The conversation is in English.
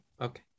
Okay